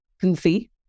goofy